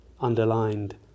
underlined